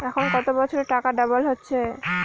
এখন কত বছরে টাকা ডবল হচ্ছে?